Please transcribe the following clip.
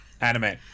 anime